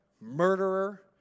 murderer